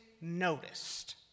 noticed